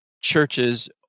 churches